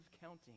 counting